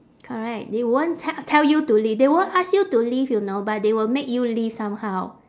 correct they won't t~ tell you to leave they won't ask you to leave you know but they will make you leave somehow